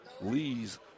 Lee's